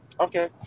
Okay